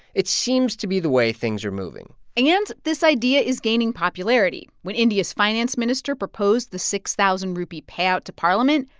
it seems to be the way things are moving and this idea is gaining popularity. when india's finance minister proposed the six thousand rupee payout to parliament,